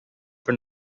from